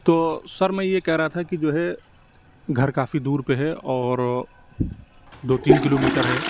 تو سر میں یہ کہہ رہا تھا کہ جو ہے گھر کافی دور پہ ہے اور دو تین کلو میٹر ہے